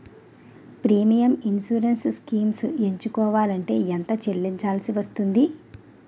Premium insurance schemes ఎంచుకోవలంటే ఎంత చల్లించాల్సివస్తుంది??